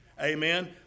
Amen